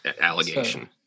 allegation